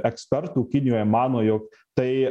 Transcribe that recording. ekspertų kinijoje mano jog tai